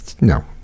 no